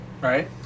Right